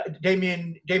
Damien